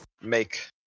make